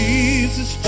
Jesus